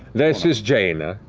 this is jaina.